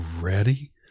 ready